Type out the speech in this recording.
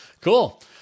Cool